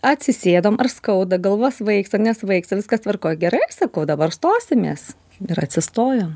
atsisėdom ar skauda galva svaigsta nesvaigsta viskas tvarkoj gerai sakau dabar stosimės ir atsistojo